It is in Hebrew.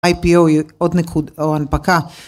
איי-פי-אוי, עוד נקוד, אוהן, פקה.